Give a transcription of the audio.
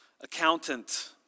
accountant